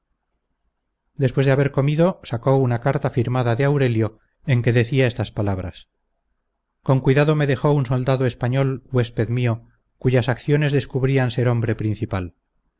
después de haber comido sacó una carta firmada de aurelio en que decía estas palabras con cuidado me dejó un soldado español huésped mío cuyas acciones descubrían ser hombre principal